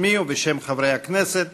בשמי ובשם חברי הכנסת,